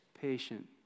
patient